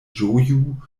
ĝoju